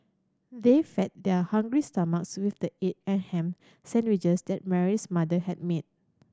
they fed their hungry stomachs with the egg and ham sandwiches that Mary's mother had made